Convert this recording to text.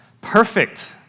perfect